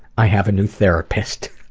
i have a new therapist.